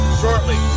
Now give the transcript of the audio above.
shortly